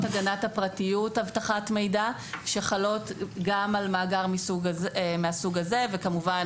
הגנת הפרטיות (אבטחת מידע) שחלות גם על מאגר מהסוג הזה וכמובן